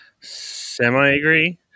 semi-agree